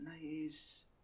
Nice